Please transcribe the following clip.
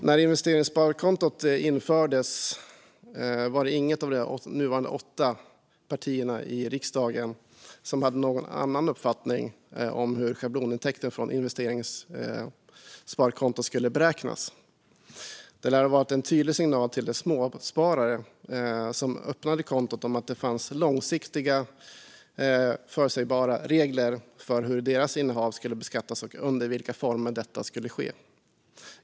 När investeringssparkontot infördes hade inget av de nuvarande åtta partierna i riksdagen någon annan uppfattning om hur schablonintäkter från investeringssparkonto skulle beräknas. Det lär ha varit en tydlig signal till de småsparare som öppnade kontot att det fanns långsiktiga och förutsägbara regler för hur deras innehav skulle beskattas och under vilka former detta skulle ske.